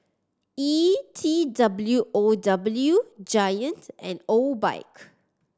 E T W O W Giant and Obike